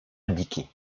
abdiquer